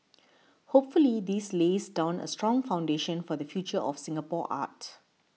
hopefully this lays down a strong foundation for the future of Singapore art